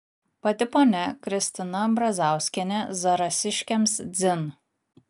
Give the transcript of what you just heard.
pati ponia kristina brazauskienė zarasiškiams dzin